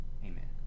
Amen